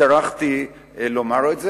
טרחתי לומר את זה.